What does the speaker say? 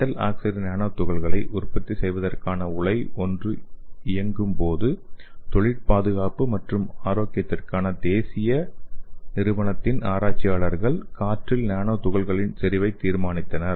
metal oxide nano துகள்களை உற்பத்தி செய்வதற்கான உலை ஒன்றை இறக்கும் போது தொழில் பாதுகாப்பு மற்றும் ஆரோக்கியத்திற்கான தேசிய நிறுவனத்தின் ஆராய்ச்சியாளர்கள் காற்றில் நானோ துகள்களின் செறிவை தீர்மானித்தனர்